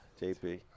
JP